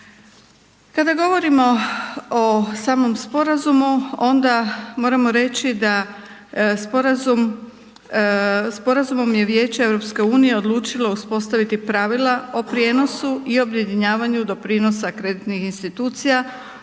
Kada govorimo o samom sporazumu onda moramo reći da sporazumom je Vijeće EU odlučilo uspostaviti pravila o prijenosu i objedinjavanju doprinosa kreditnih institucija